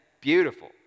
beautiful